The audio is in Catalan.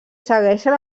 segueixen